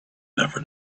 never